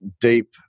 deep